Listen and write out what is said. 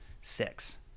six